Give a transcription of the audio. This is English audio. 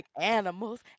animals